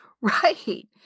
right